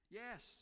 yes